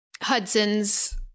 Hudson's